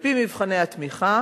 על-פי מבחני התמיכה